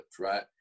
right